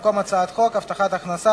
במקום הצעת חוק הבטחת הכנסה,